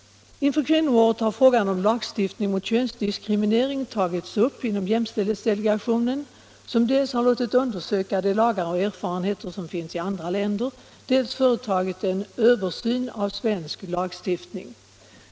Inför kvinnoåret har frågan om lagstiftning mot könsdiskriminering tagits upp inom jämställdhetsdelegationen, som dels låtit undersöka de lagar och erfarenheter som finns i andra länder, dels företagit en översyn av svensk lagstiftning.